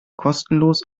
kostenlos